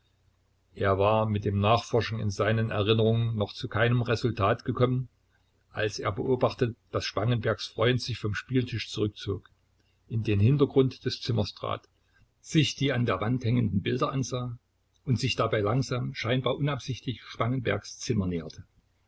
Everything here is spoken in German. er war mit dem nachforschen in seinen erinnerungen noch zu keinem resultat gekommen als er beobachtete daß spangenbergs freund sich vom spieltisch zurückzog in den hintergrund des zimmers trat sich die an der wand hängenden bilder ansah und sich dabei langsam scheinbar unabsichtlich spangenbergs zimmer näherte